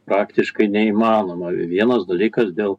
praktiškai neįmanoma v vienas dalykas dėl